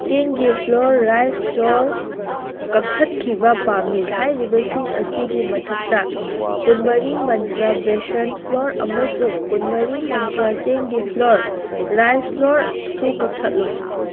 ꯆꯦꯡꯒꯤ flour rice flour ꯀꯛꯊꯠꯈꯤꯕ ꯄꯥꯝꯏ ꯍꯥꯏꯔꯤꯕꯁꯤꯡ ꯑꯁꯤꯒꯤ ꯃꯊꯛꯇ ꯀꯨꯟꯃꯔꯤ ꯃꯟꯇ꯭ꯔ ꯕꯦꯁꯟ ꯐ꯭ꯂꯣꯔ ꯑꯃꯁꯨꯡ ꯀꯨꯟꯃꯔꯤ ꯃꯟꯇ꯭ꯔ ꯆꯦꯡꯒꯤ ꯐ꯭ꯂꯣꯔ ꯔꯥꯏꯁ ꯐ꯭ꯂꯣꯔꯁꯨ ꯀꯛꯊꯠꯂꯨ